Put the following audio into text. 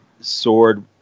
Sword